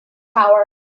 power